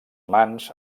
mans